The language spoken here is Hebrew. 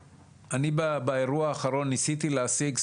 באירוע האחרון ניסיתי להשיג,